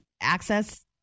access